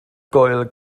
gŵyl